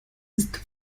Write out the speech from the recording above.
ist